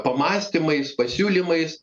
pamąstymais pasiūlymais